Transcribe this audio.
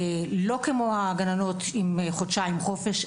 לא עם חודשיים חופש,